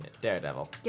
Daredevil